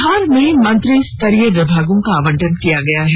बिहार में मंत्री स्तरीय विभागों का आबंटन कर दिया गया है